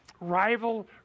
rival